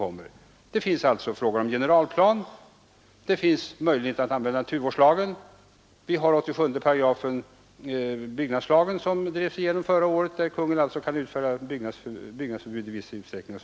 Där finns frågan om generalplan, det finns möjligheter att använda naturvårdslagen, och vi har 87 § Byggnadslagen som drevs igenom förra året genom vilken Kungl. Maj:t kan utfärda byggnadsförbud i viss utsträckning.